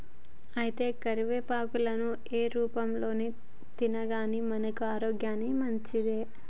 అయితే కరివేపాకులను ఏ రూపంలో తిన్నాగానీ మన ఆరోగ్యానికి మంచిదే